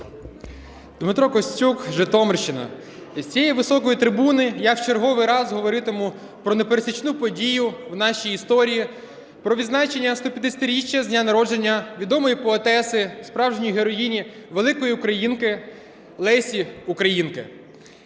Дмитро Костюк, Житомирщина. Із цієї високої трибуни я в черговий раз говоритиму про непересічну подію в нашій історії, про відзначення 150-річчя з дня народження відомої поетеси, справжньої героїні, великої українки – Лесі Українки.